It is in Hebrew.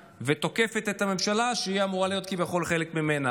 ותוקפת את הממשלה שהיא אמורה כביכול להיות חלק ממנה,